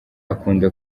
akunda